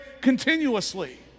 continuously